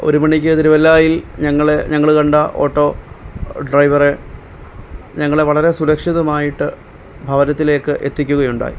ഒരു മണിക്ക് തിരുവല്ലായിൽ ഞങ്ങളെ ഞങ്ങളെ കണ്ട ഓട്ടോ ഡ്രൈവറെ ഞങ്ങളെ വളരെ സുരക്ഷിതമായിട്ട് ഭവനത്തിലേക്ക് എത്തിക്കുകയുണ്ടായി